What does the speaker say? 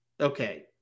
Okay